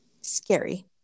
Scary